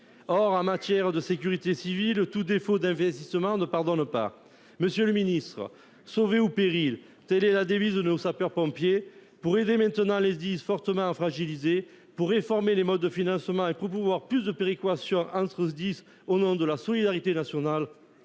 Or, en matière de sécurité civile, tout défaut d'investissement ne pardonne pas. Monsieur le ministre de l'intérieur, « Sauver ou périr », telle est la devise de nos sapeurs-pompiers. Pour aider les Sdis fortement fragilisés, réformer les modes de financement et promouvoir plus de péréquation entre les Sdis au nom de la solidarité nationale,